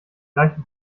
gleiche